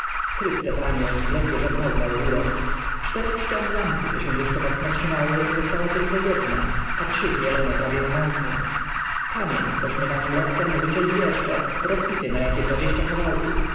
chryste panie ledwie żem poznał górę z czterech ścian zamku co się jeszcze mocno trzymały została tylko jedna a trzy zmielone prawie na mąkę kamień cośmy na nim rok temu wycięli wiersze rozbity na jakie dwadzieścia kawałków